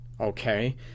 okay